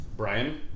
Brian